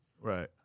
Right